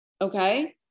Okay